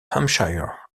hampshire